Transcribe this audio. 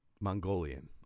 Mongolian